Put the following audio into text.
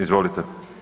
Izvolite.